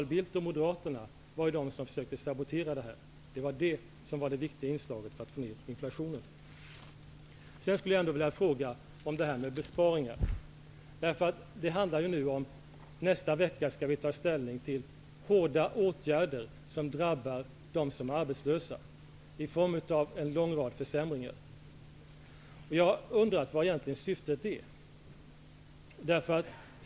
Carl Bildt och Moderaterna försökte sabotera -- det var det som var det viktiga inslaget för att få ner inflationen. Sedan vill jag säga något om besparingarna. Nästa vecka skall vi ju ta ställning till förslag om hårda åtgärder som drabbar de arbetslösa. Det gäller en lång rad försämringar. Jag har undrat vad syftet egentligen är.